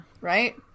right